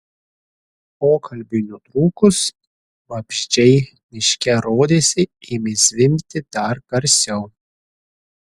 pokalbiui nutrūkus vabzdžiai miške rodėsi ėmė zvimbti dar garsiau